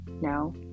no